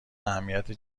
اهمیت